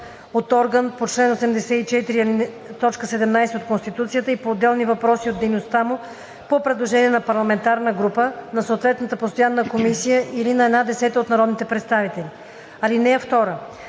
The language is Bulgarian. от орган по чл. 84, т. 17 от Конституцията и по отделни въпроси от дейността му по предложение на парламентарна група, на съответната постоянна комисия или на една десета от народните представители. (2) В